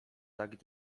tak